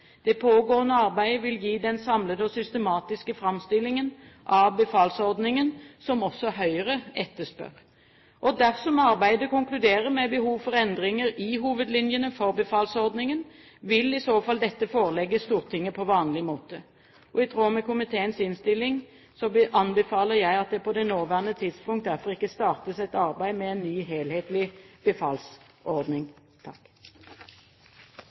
Det pågående arbeidet vil gi den samlede og systematiske framstillingen av befalsordningen som også Høyre etterspør. Dersom arbeidet konkluderer med behov for endringer i hovedlinjene for befalsordningen, vil i så fall dette forelegges Stortinget på vanlig måte. I tråd med komiteens innstilling anbefaler jeg at det på det nåværende tidspunkt derfor ikke startes et arbeid med en ny, helhetlig befalsordning.